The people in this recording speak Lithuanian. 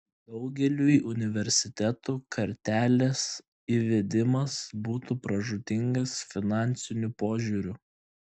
daugeliui universitetų kartelės įvedimas būtų pražūtingas finansiniu požiūriu